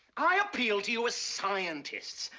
i appeal to you as scientists.